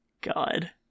God